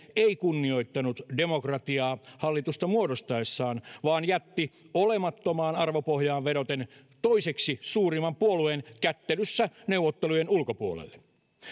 ei kunnioittanut demokratiaa hallitusta muodostaessaan vaan jätti olemattomaan arvopohjaan vedoten toiseksi suurimman puolueen kättelyssä neuvottelujen ulkopuolelle